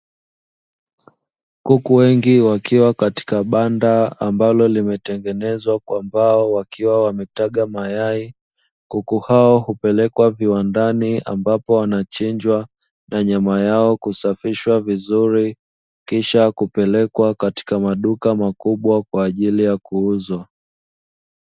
Kuku wengi wakiwa katika banda ambalo limetengenezwa kwa mbao wakiwa wametaga mayai, kuku hao hupelekwa viwandani ambapo wanachinjwa na nyama yao kusafishwa vizuri kisha kupelekwa katika maduka makubwa kwa ajili ya kuuzwa.